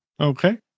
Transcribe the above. Okay